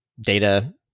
data